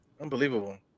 Unbelievable